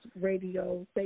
radio